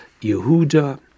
Yehuda